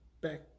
back